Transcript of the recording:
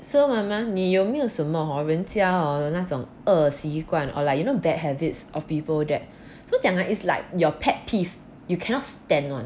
so 妈妈你有没有什么人家 hor 的那种恶习惯 or like you know bad habits of people that don't 怎么讲 ah it's like your pet peeve you cannot stand [one]